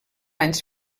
anys